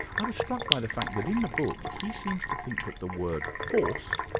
i was struck by the fact that in the book he seems to think that the word force,